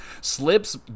slips